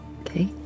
Okay